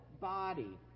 body